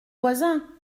voisins